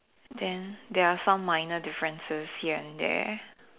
then there are some minor differences here and there